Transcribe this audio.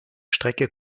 strecke